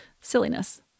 Silliness